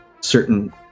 certain